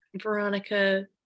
Veronica